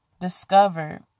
discovered